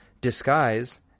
disguise